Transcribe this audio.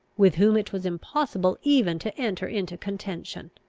with whom it was impossible even to enter into contention.